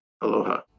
aloha